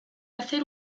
hacer